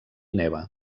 neva